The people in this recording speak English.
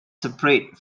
separate